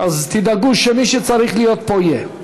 תדאגו שמי שצריך להיות פה, יהיה.